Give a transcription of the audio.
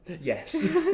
Yes